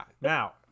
Now